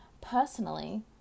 personally